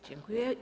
Dziękuję.